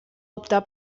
optar